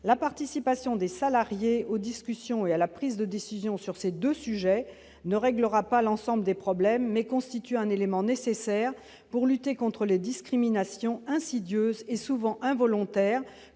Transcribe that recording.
la participation des salariés aux discussions et à la prise de décision sur ces deux sujets ne réglera pas l'ensemble des problèmes, mais constitue un élément nécessaire pour lutter contre les discriminations insidieuses et souvent involontaires